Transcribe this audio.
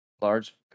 Large